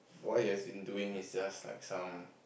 what he has been doing is just like some